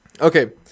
Okay